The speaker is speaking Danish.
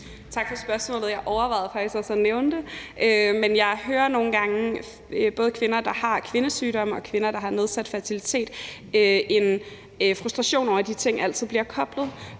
Tak for spørgsmålet. Jeg overvejede faktisk også at nævne det, men jeg hører nogle gange hos både kvinder, der har kvindesygdomme, og kvinder, der har nedsat fertilitet, en frustration over, at de ting altid bliver koblet.